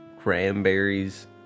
cranberries